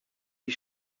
die